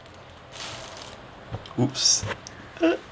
whoops